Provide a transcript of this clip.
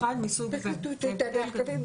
אחד מסוג וואן.